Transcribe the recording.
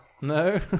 No